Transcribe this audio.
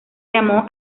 llamó